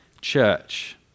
church